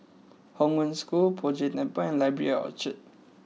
Hong Wen School Poh Jay Temple and Library at Orchard